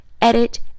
edit